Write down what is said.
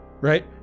right